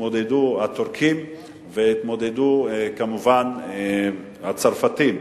התמודדו הטורקים והתמודדו כמובן הצרפתים.